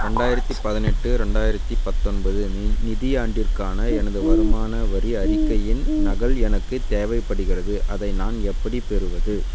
ரெண்டாயிரத்து பதினெட்டு ரெண்டாயிரத்து பத்தொன்பது நி நிதியாண்டிற்கான எனது வருமான வரி அறிக்கையின் நகல் எனக்கு தேவைப்படுகிறது அதை நான் எப்படிப் பெறுவது